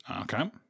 Okay